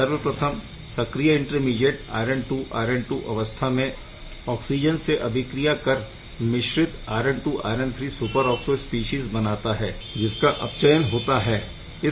सर्वप्रथम सक्रिय intermediate iron II iron II अवस्था में ऑक्सिजन से अभिक्रिया कर मिश्रित iron II iron III superoxo species बनाता है जिसका अपचयन होता है